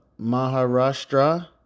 Maharashtra